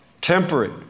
temperate